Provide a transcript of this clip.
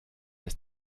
ist